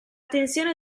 tensione